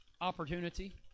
opportunity